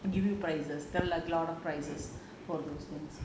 give you prizes there are a lot of prizes for those things